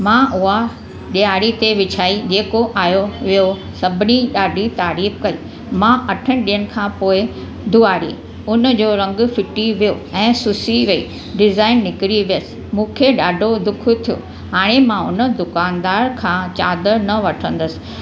मां उहा ॾियारी ते विछाई जेको आयो वियो सभिनी ॾाढी तारीफ़ कई मां अठनि ॾींहनि खां पोइ धुआरी हुनजो रंगु फिटी वियो ऐं सुसी वई डिजाइन निकिरी वियसि मूंखे ॾाढो दुखु थियो हाणे मां हुन दुकानुदार खां चादर न वठंदसि